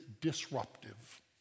disruptive